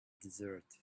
desert